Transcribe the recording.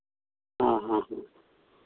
हाँ हाँ हाँ